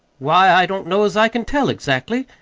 why, i don't know as i can tell, exactly.